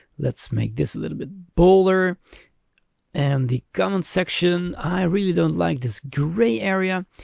let's make this a little bit bolder and the comments section i really don't like this gray area.